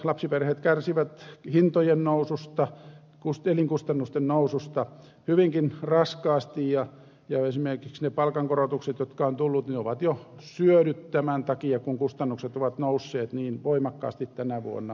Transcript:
lapsiperheet kärsivät hintojen noususta elinkustannusten noususta hyvinkin raskaasti ja esimerkiksi ne palkankorotukset jotka ovat tulleet ovat jo syödyt tämän takia kun kustannukset ovat nousseet niin voimakkaasti tänä vuonna